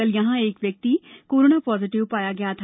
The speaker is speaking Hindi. कल यहां एक व्यक्ति कोरोना पॉजिटिव पाया गया था